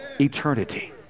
eternity